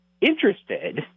interested